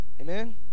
Amen